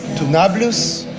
to nablus,